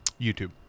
YouTube